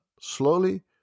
slowly